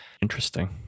Interesting